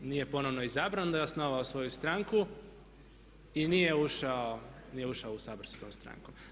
Nije ponovno izabran, onda je osnovao svoju stranku i nije ušao u sabor sa tom strankom.